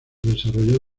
desarrolló